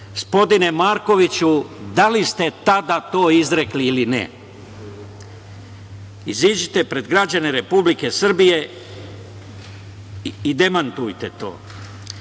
Gospodine Markoviću da li ste tada to izrekli ili ne? Izađite pred građane Republike Srbije i demantujte